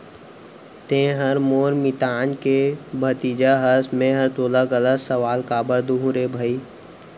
तैंहर मोर मितान के भतीजा हस मैंहर तोला गलत सलाव काबर दुहूँ रे भई